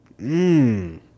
Mmm